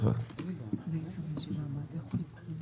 אני רוצה להזהיר ממה שנוצר